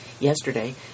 Yesterday